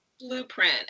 Blueprint